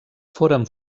foren